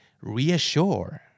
Reassure